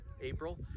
April